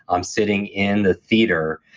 i'm sitting in the theater,